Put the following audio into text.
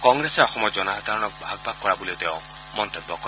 কংগ্ৰেছে অসমৰ জনসাধাৰণক ভাগ ভাগ কৰা বুলিও তেওঁ মন্তব্য কৰে